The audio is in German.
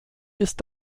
ist